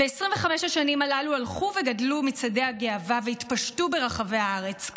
ב-25 השנים הללו הלכו וגדלו מצעדי הגאווה והתפשטו ברחבי הארץ.